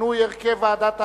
שינוי הרכב ועדת ערר).